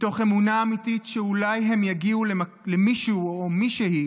מתוך אמונה אמיתית שאולי הם יגיעו למישהו או מישהי